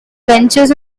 benches